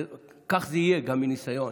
כך זה יהיה, גם מניסיון.